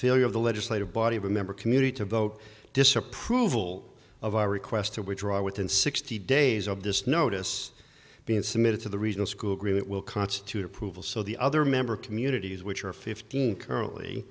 failure of the legislative body of a member community to vote disapproval of our request to withdraw within sixty days of this notice been submitted to the regional school agreement will constitute approval so the other member communities which are fifteen currently